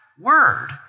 word